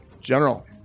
general